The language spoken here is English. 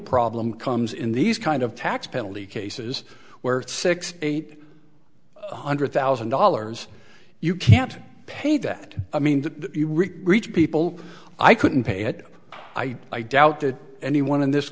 problem comes in these kind of tax penalty cases where six eight hundred thousand dollars you can't pay that i mean to reach people i couldn't pay it i i doubt that anyone in this